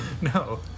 No